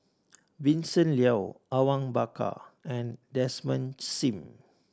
Vincent Leow Awang Bakar and Desmond Sim